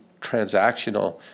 transactional